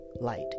light